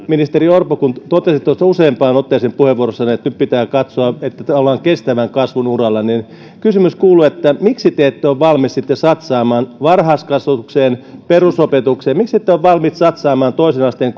ministeri orpo kun totesitte useampaan otteeseen puheenvuorossanne että nyt pitää katsoa että ollaan kestävän kasvun uralla niin kysymys kuuluu miksi te ette ole sitten valmiit satsaamaan varhaiskasvatukseen ja perusopetukseen miksette ole valmiit satsaamaan toisen asteen